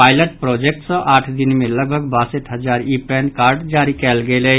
pilot project सॅ आठ दिन मे लगभग बासठि हजार ई पैन कार्ड जारी कयल गेल अछि